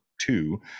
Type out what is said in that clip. two